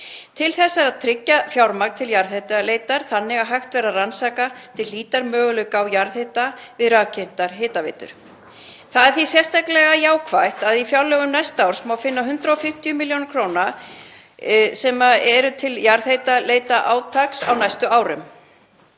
Til þess þarf að tryggja fjármagn til jarðhitaleitar þannig að hægt væri að rannsaka til hlítar möguleika á jarðhita við rafkyntar hitaveitur. Það er því sérstaklega jákvætt að í fjárlögum næsta árs má finna 150 millj. kr. sem eru til jarðhitaleitarátaks á næsta ári.